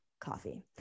coffee